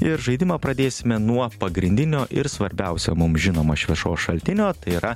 ir žaidimą pradėsime nuo pagrindinio ir svarbiausia mums žinomo šviesos šaltinio tai yra